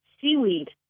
seaweed